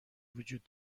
وجود